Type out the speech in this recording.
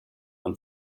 and